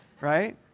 right